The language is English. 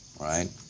right